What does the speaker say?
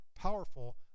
powerful